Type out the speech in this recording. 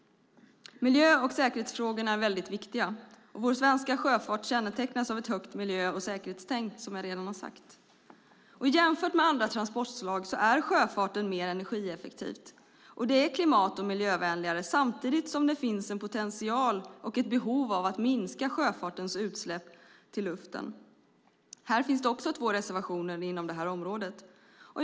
Miljö och säkerhetsfrågorna är väldigt viktiga. Vår svenska sjöfart kännetecknas av bra miljö och säkerhetstänk, som jag redan har sagt. Jämfört med andra transportslag är sjöfarten mer energieffektiv och klimat och miljövänligare, samtidigt som det finns en potential för och ett behov av att minska sjöfartens utsläpp till luften. Inom det här området finns det också två reservationer.